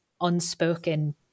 unspoken